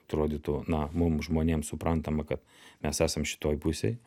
atrodytų na mum žmonėm suprantama kad mes esam šitoj pusėj